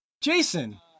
Jason